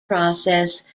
process